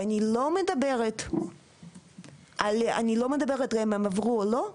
ואני לא מדברת אם הם עברו או לא,